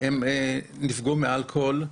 נפגעו מאלכוהול,